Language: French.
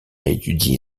étudié